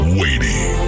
waiting